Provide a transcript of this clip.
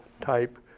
type